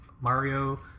Mario